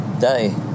day